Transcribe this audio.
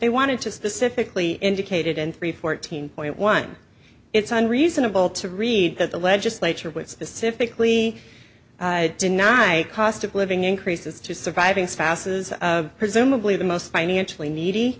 they wanted to specifically indicated in three fourteen point one it's unreasonable to read that the legislature would specifically denied cost of living increases to surviving spouses of presumably the most financially needy